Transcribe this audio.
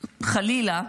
חלילה,